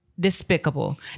Despicable